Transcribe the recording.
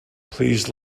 please